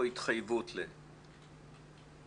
או התחייבות ל...?